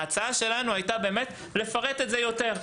ההצעה שלנו היתה לפרט את זה יותר.